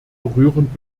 rühren